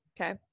Okay